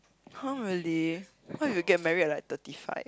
[huh] really how you get married at like thirty five